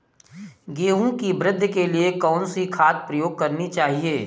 गेहूँ की वृद्धि के लिए कौनसी खाद प्रयोग करनी चाहिए?